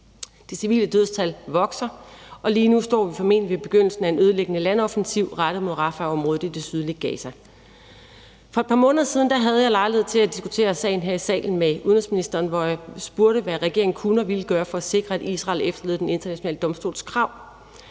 Det civile dødstal vokser, og lige nu står vi formentlig ved begyndelsen af en ødelæggende landoffensiv rettet mod Rafahområdet i det sydlige Gaza. For par måneder siden havde jeg lejlighed til at diskutere sagen her i salen med udenrigsministeren, og jeg spurgte, hvad regeringen kunne og ville gøre for at sikre, at Israel efterlevede Den Internationale Domstols krav.